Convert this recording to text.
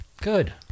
Good